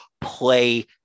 play